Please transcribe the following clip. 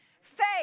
Faith